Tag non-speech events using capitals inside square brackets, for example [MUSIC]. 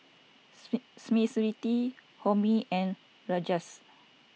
[UNINTELLIGIBLE] Smriti Homi and Rajesh